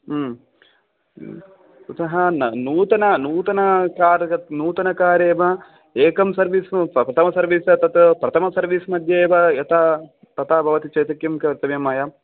कुतः नूतनकारेव एकं सर्वीस् प्रथम सर्वीस् तत् प्रथम सर्विस् मध्ये एव यथा तथा भवति चेत् किं कर्तव्यम् मया